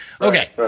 okay